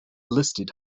listed